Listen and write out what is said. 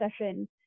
session